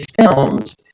films